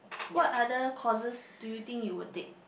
what other courses do you think you will take